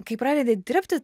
kai pradedi dirbti